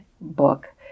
book